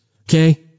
Okay